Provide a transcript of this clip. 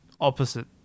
opposite